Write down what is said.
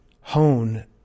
hone